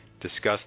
discussed